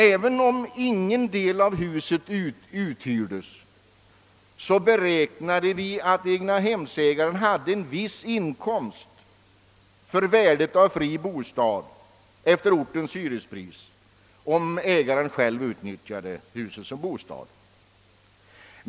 Även om ingen del av huset uthyrdes ansågs egnahemsägaren ha en viss inkomst, motsvarande värdet av fri bostad efter ortens hyrespris, om han själv utnyttjade huset som bostad.